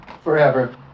Forever